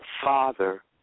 father